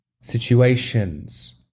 situations